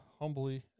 humbly